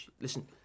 Listen